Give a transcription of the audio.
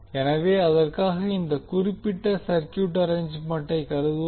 எனவே அதற்காக இந்த குறிப்பிட்ட சர்க்யூட் அரேஞ்சுமெண்டை கருதுவோம்